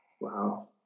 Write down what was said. wow